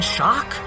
shock